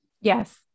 Yes